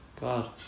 God